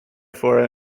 for